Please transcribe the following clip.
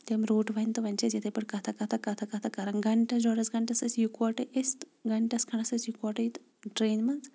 تٔمۍ روٚٹ وۄنۍ تہٕ وۄنۍ چھ أسۍ یتھٕے پٲٹھۍ کَتھا کَتھا کَتھا کَتھا کران گَنٹس ڈۄڈَس گنٹس ٲسۍ اِکوٹے أسۍ تہٕ گنٹس کھنڈس ٲسۍ اِکوٹے تہٕ ٹرینہِ منٛز